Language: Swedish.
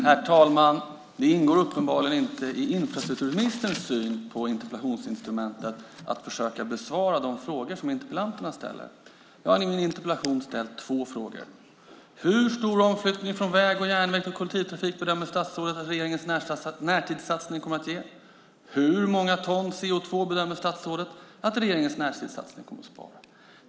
Herr talman! Det ingår uppenbarligen inte i infrastrukturministerns syn på interpellationsinstrumentet att hon ska försöka besvara de frågor som interpellanterna ställer. Jag har i min interpellation ställt två frågor: Hur stor omflyttning från väg till järnväg och kollektivtrafik bedömer statsrådet att regeringens närtidssatsning kommer att ge? Hur många ton CO2 bedömer statsrådet att regeringens närtidssatsning kommer att spara?